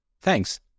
Thanks